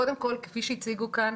קודם כל, כפי שהציגו כאן,